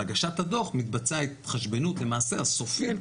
בהגשת הדוח מתבצעת התחשבנות למעשה הסופית --- כן,